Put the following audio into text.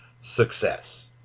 success